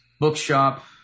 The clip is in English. Bookshop